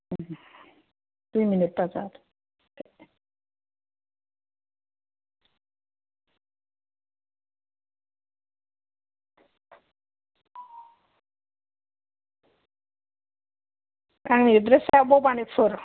आंनि एदद्रेसया बभानिफुर